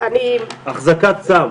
החזקת סם?